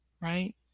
right